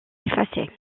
effacées